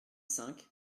cinq